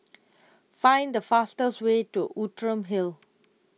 find the fastest way to Outram Hill